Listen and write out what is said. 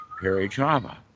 Parijava